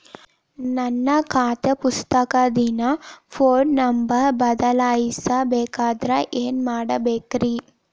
ನನ್ನ ಖಾತೆ ಪುಸ್ತಕದಾಗಿನ ಫೋನ್ ನಂಬರ್ ಬದಲಾಯಿಸ ಬೇಕಂದ್ರ ಏನ್ ಮಾಡ ಬೇಕ್ರಿ?